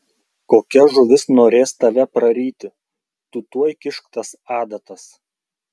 kokia žuvis norės tave praryti tu tuoj kišk tas adatas